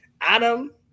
Adam